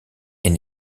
est